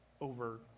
over